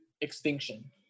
extinction